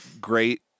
great